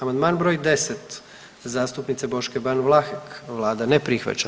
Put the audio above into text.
Amandman br. 10 zastupnice Boške Ban Vlahek, Vlada ne prihvaća.